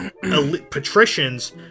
patricians